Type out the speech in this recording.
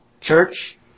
church